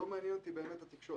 לא מעניין אותי באמת התקשורת.